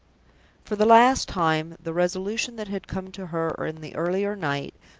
for the last time, the resolution that had come to her in the earlier night,